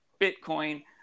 bitcoin